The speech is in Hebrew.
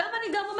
שם אני אומרת,